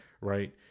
Right